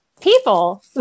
People